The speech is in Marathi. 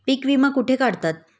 पीक विमा कुठे काढतात?